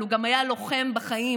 אבל הוא גם היה לוחם בחיים,